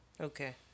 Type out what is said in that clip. Okay